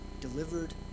delivered